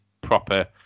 proper